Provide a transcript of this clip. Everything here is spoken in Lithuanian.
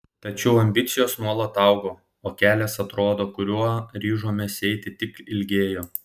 tačiau ambicijos nuolat augo o kelias atrodo kuriuo ryžomės eiti tik ilgėjo